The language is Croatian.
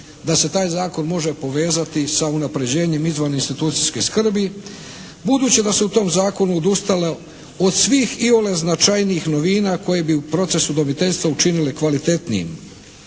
da se taj zakon može povezati sa unapređenjem izvan institucijske skrbi, budući da se u tom zakonu odustalo od svih iole značajnijih novina koje bi proces udomiteljstva učinile kvalitetnijim.